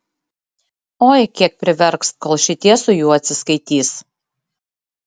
oi kiek priverks kol šitie su juo atsiskaitys